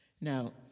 Now